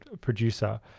producer